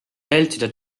vältida